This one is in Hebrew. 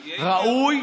ראוי,